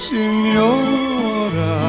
Signora